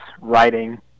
writing